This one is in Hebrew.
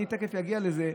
אני תכף אגיע לזה,